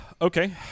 Okay